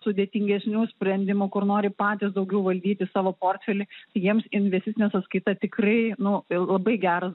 sudėtingesnių sprendimų kur nori patys daugiau valdyti savo portfelį jiems investicinė sąskaita tikrai nu labai geras